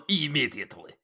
immediately